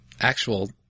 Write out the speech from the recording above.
actual